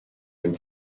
dem